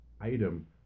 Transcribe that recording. item